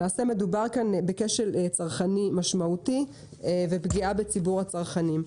למעשה מדובר כאן בכשל צרכני משמעותי ופגיעה בציבור הצרכנים .